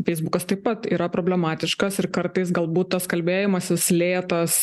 feisbukas taip pat yra problematiškas ir kartais galbūt tas kalbėjimasis lėtas